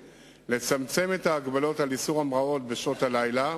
לצמצם את ההגבלות על איסור המראות בשעות הלילה.